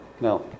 now